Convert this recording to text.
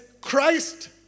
Christ